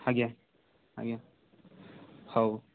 ଆଜ୍ଞା ଆଜ୍ଞା ହଉ